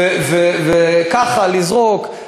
וככה לזרוק,